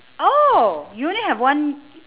oh you only have one